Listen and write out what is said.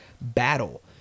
battle